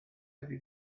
ydy